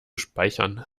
speichern